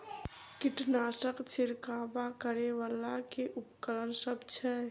कीटनासक छिरकाब करै वला केँ उपकरण सब छै?